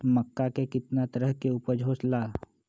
मक्का के कितना तरह के उपज हो ला?